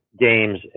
games